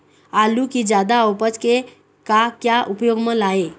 आलू कि जादा उपज के का क्या उपयोग म लाए?